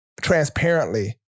transparently